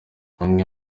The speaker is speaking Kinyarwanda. bamwe